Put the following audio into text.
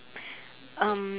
um